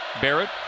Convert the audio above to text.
Barrett